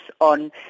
on